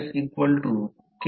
तर Y KMX